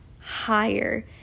higher